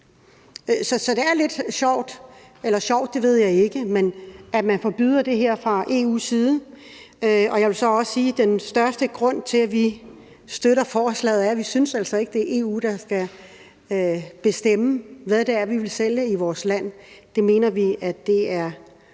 Så det er lidt sjovt – eller sjovt; det ved jeg ikke – at man forbyder det her fra EU's side. Og jeg vil så også sige, at den største grund til, at vi støtter forslaget, er, at vi altså ikke synes, at det er EU, der skal bestemme, hvad det er, vi vil sælge i vores land. Det mener vi må være